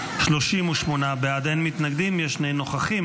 38 בעד, אין מתנגדים, יש שני נוכחים.